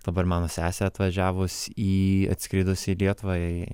dabar mano sesė atvažiavus į atskridus į lietuvą